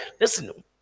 listen